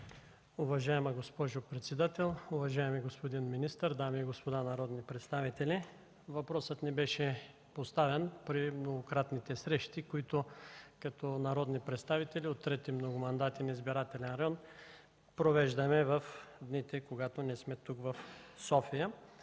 Уважаема госпожо председател, уважаеми господин министър, дами и господа народни представители! Въпросът ни беше поставен при многократните срещи, които като народни представители от 3. многомандатен избирателен район провеждаме в дните, когато не сме тук, в София.